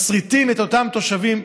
מסריטים את אותם תושבים.